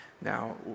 Now